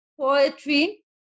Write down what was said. poetry